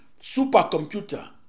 supercomputer